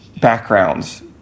Backgrounds